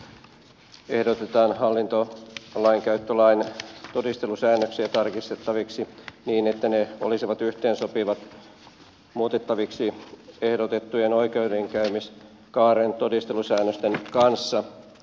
hallituksen esityksessä ehdotetaan hallintolainkäyttölain todistelusäännöksiä tarkistettaviksi niin että ne olisivat yhteensopivat muutettaviksi ehdotettujen oikeudenkäymiskaaren todistelusäännösten kanssa